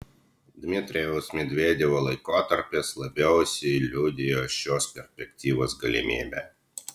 dmitrijaus medvedevo laikotarpis labiausiai liudijo šios perspektyvos galimybę